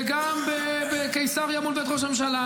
וגם בקיסריה מול בית ראש הממשלה,